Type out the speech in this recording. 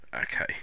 Okay